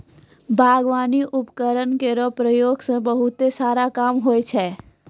बागबानी उपकरण केरो प्रयोग सें बहुत सारा काम होय छै